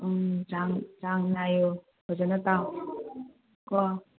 ꯆꯥꯡ ꯅꯥꯏꯌꯨ ꯐꯖꯅ ꯇꯥꯎ ꯀꯣ